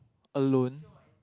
alone